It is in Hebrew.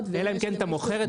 אלא אם כן אתה מוכר את כל התיק.